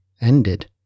ended